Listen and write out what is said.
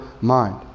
mind